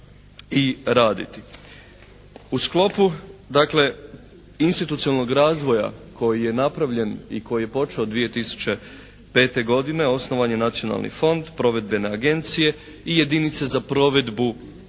U sklopu dakle institucionalnog razvoja koji je napravljen i koji je počeo 2005. godine osnovan je nacionalni fond, provedbene agencije i jedinice za provedbu projekata